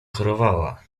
chorowała